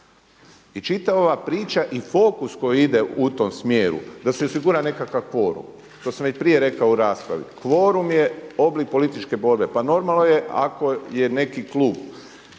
I čitava ova priča i fokus koji ide u tom smjeru da se osigura nekakav kvorum, to sam već prije rekao u raspravi kvorum je oblik političke borbe. Pa normalno je ako je neki klub,